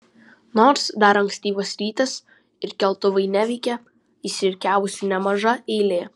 nors dar ankstyvas rytas ir keltuvai neveikia išsirikiavusi nemaža eilė